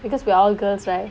because we're all girls right